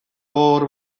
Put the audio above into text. gogor